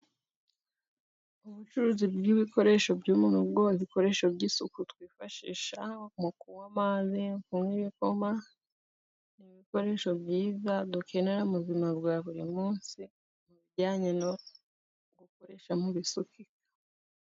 Ubucuruzi bw'ibikoresho byo mu rugo, ni ibikoresho by'isuku twifashisha mu kunywa amazi, mu kunywa ibikoma ,ni ibikoresho byiza dukenera mu buzima bwa buri munsi, mu bijyanye no gukoresha mu bisukika.